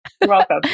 Welcome